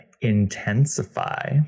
intensify